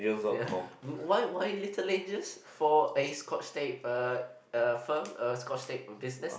why why little angles for a scotch tape uh firm uh scotch tape business